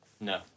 no